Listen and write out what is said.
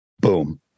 boom